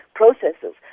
processes